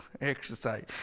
exercise